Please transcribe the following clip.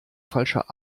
falscher